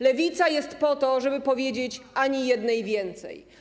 Lewica jest po to, żeby powiedzieć: Ani jednej więcej.